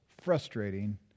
frustrating